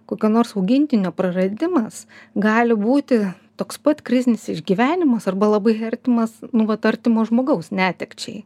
kokio nors augintinio praradimas gali būti toks pat krizinis išgyvenimas arba labai artimas nu vat artimo žmogaus netekčiai